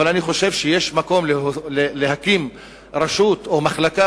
אבל אני חושב שיש מקום להקים רשות או מחלקה